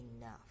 enough